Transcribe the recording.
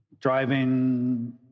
driving